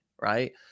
right